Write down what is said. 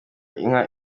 inka